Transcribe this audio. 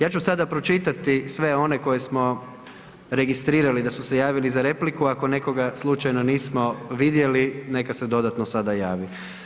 Ja ću sada pročitati sve one koje smo registrirali da su se javili za repliku, ako nekoga slučajno nismo vidjeli, neka se dodatno sada javi.